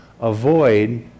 Avoid